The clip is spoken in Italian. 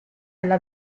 alla